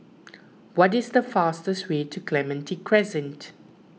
what is the fastest way to Clementi Crescent